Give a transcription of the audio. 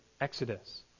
exodus